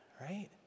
right